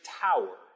tower